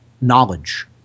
knowledge